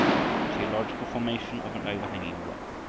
the geological formation of an overhanging rock,